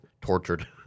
tortured